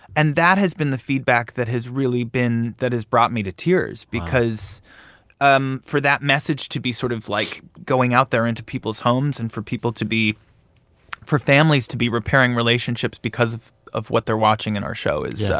and that has been the feedback that has really been that has brought me to tears because um for that message to be sort of, like, going out there into people's homes and for people to be for families to be repairing relationships because of what they're watching in our show is yeah